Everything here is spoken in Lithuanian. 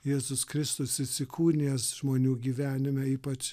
jėzus kristus įsikūnijęs žmonių gyvenime ypač